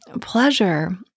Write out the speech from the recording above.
pleasure